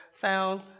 found